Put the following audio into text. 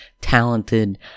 talented